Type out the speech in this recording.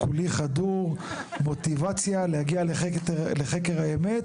כולי חדור מוטיבציה להגיע לחקר האמת